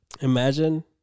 Imagine